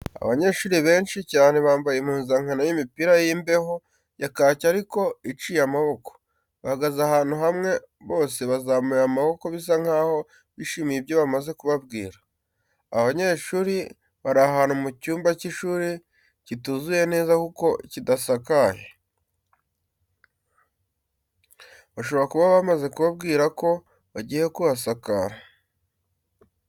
Abanyeshuri benshi cyane bambaye impuzankano y'imipira y'imbeho ya kaki ariko iciye amaboko, bahagaze ahantu hamwe bose bazamuye amaboko bisa nkaho bishimiye ibyo bamaze kubabwira. Aba banyeshuri bari ahantu mu cyumba cy'ishuri kituzuye neza kuko kidasakaye. Bashobora kuba bamaze kubabwira ko bagiye kuhasakara.